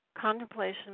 contemplation